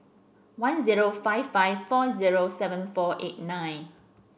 one zero five five four zero seven four eight nine